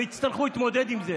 והם יצטרכו להתמודד עם זה.